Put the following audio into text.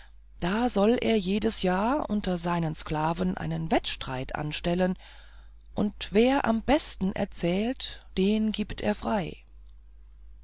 da soll er jedes jahr unter seinen sklaven einen wettstreit anstellen und wer am besten erzählt den gibt er frei